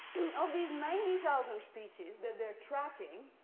of these ninety thousand species that they're tracking,